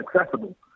accessible